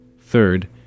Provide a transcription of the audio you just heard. Third